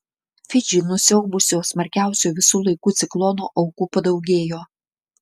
fidžį nusiaubusio smarkiausio visų laikų ciklono aukų padaugėjo